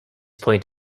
point